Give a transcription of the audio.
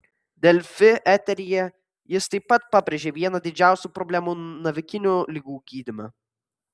delfi eteryje jis taip pat pabrėžė vieną didžiausių problemų navikinių ligų gydyme